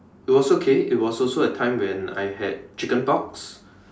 it was okay it was also a time when I had chicken pox